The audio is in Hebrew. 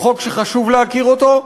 הוא חוק שחשוב להכיר אותו.